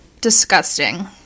Disgusting